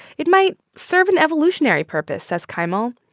it might serve an evolutionary purpose, says kaimal.